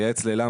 לייעץ ל-ל',